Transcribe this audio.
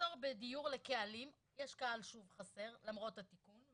מחסור בדיור לקהלים יש קהל שהוא חסר למרות התיקון,